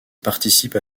participent